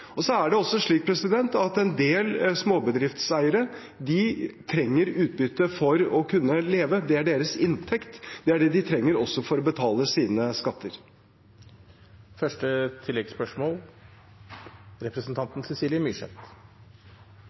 er også slik at en del småbedriftseiere trenger utbytte for å kunne leve – det er deres inntekt. Det er det de trenger også for å betale sine skatter.